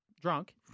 drunk